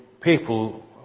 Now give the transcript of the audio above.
people